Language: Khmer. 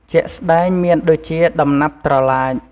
ជាក់់ស្តែងមានដូចជាដំណាប់ត្រឡាច។